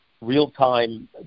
real-time